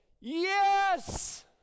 Yes